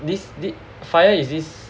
this this FIRE is this